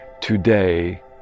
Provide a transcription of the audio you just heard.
Today